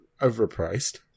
overpriced